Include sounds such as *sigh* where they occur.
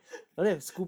*laughs*